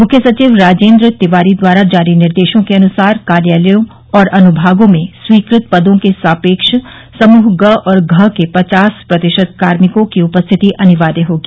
मुख्य सचिव राजेन्द्र तिवारी द्वारा जारी निर्देशों के अनुसार कार्यालयों और अनुभागों में स्वीकृत पदों के सापेक्ष समूह ग और घ के पचास प्रतिशत कार्मिकों की उपस्थिति अनिवार्य होगी